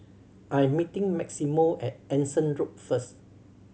I'm meeting Maximo at Anson Road first